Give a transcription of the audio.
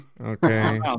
Okay